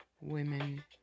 women